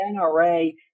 NRA